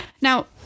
Now